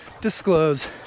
disclose